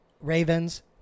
Ravens